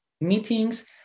meetings